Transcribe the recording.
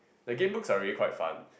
the game books are really quite fun